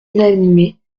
inanimée